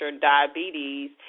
diabetes